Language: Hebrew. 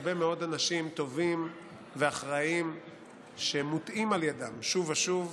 מצד הרבה מאוד אנשים טובים ואחראיים שמוטעים על ידם שוב ושוב,